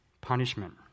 punishment